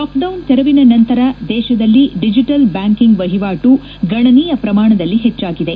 lockdown ತೆರವಿನ ನಂತರ ದೇಶದಲ್ಲಿ ಡಿಜಿಟಲ್ ಬ್ಯಾಂಕಿಂಗ್ ಮಹವಾಟು ಗಣನೀಯ ಪ್ರಮಾಣದಲ್ಲಿ ಹೆಚ್ಚಾಗಿದೆ